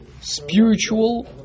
spiritual